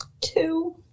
Two